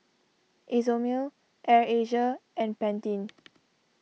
Isomil Air Asia and Pantene